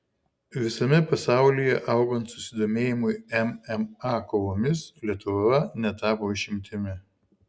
visame pasaulyje augant susidomėjimui mma kovomis lietuva netapo išimtimi